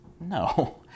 No